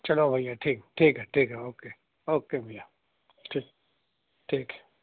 چلو بھیا ٹھیک ٹھیک ہے ٹھیک ہے اوکے اوکے بھیا ٹھیک ٹھیک ہے